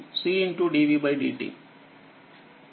ఇప్పుడుiCdvdt